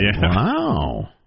wow